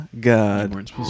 God